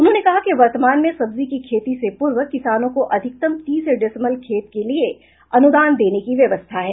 उन्होंने कहा कि वर्तमान में सब्जी की खेती से पूर्व किसानों को अधिकतम तीस डिसमल खेत के लिए अनुदान देने की व्यवस्था है